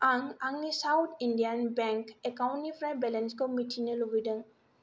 आं आंनि South Indian Bank एकाउन्टनिफ्राय बेलेन्सखौ मिथिनो लुबैदों